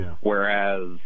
Whereas